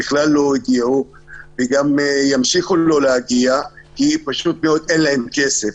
בכלל לא הגיעו וגם ימשיכו לא להגיע כי פשוט מאוד אין להם כסף,